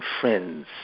friends